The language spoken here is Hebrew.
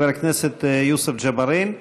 חבר הכנסת יוסף ג'בארין,